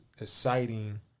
exciting